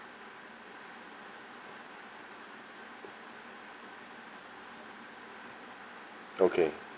okay